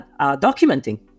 documenting